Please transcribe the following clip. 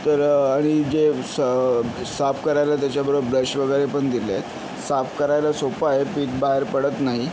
तर आणि जे स साफ करायला त्याच्याबरोबर ब्रश वगैरे पण दिलेत साफ करायला सोप्पं आहे पीठ बाहेर पडत नाही